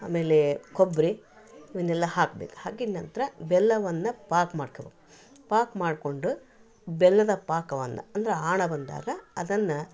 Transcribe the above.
ಆಮೇಲೆ ಕೊಬ್ಬರಿ ಇವುನ್ನೆಲ್ಲ ಹಾಕ್ಬೇಕು ಹಾಕಿದ ನಂತರ ಬೆಲ್ಲವನ್ನ ಪಾಕ ಮಾಡ್ಕಬೇಕು ಪಾಕ ಮಾಡ್ಕೊಂಡು ಬೆಲ್ಲದ ಪಾಕವನ್ನ ಅಂದ್ರ ಆಣ ಬಂದಾಗ ಅದನ್ನ